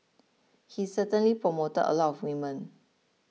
he certainly promoted a lot of women